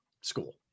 school